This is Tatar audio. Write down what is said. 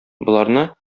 боларны